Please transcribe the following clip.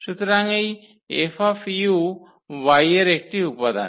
সুতরাং এই 𝐹 Y এর একটি উপাদান